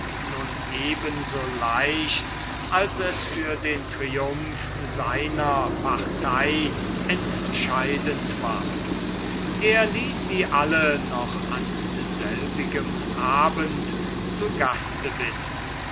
nun eben so leicht als es für den triumph seiner partei entscheidend war er ließ sie alle noch an selbigem abend zu gaste bitten